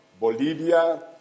Bolivia